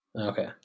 Okay